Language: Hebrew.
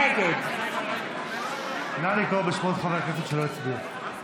נגד נא לקרוא בשמות חברי הכנסת שלא הצביעו.